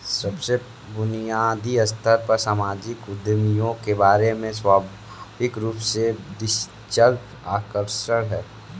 सबसे बुनियादी स्तर पर सामाजिक उद्यमियों के बारे में स्वाभाविक रूप से दिलचस्प आकर्षक है